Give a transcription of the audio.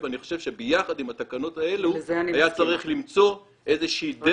אני חושב שיחד עם התקנות האלה היה צריך למצוא איזה שהיא דרך